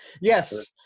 Yes